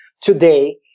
Today